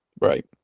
Right